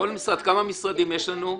כמה משרדים יש לנו?